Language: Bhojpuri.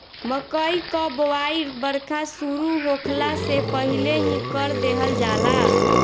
मकई कअ बोआई बरखा शुरू होखला से पहिले ही कर देहल जाला